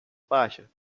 baixa